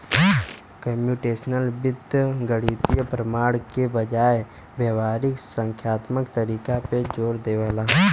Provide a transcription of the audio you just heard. computational वित्त गणितीय प्रमाण के बजाय व्यावहारिक संख्यात्मक तरीका पे जोर देवला